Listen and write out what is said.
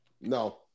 No